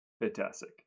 fantastic